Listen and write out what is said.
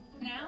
Now